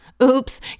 Oops